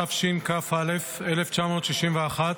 התשכ"א 1961,